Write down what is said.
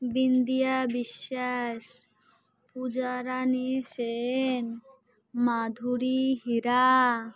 Bindia Biswas Pujarani Sen Madhuri Hira